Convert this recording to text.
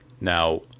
Now